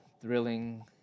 thrilling